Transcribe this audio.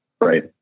Right